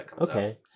Okay